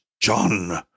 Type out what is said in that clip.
John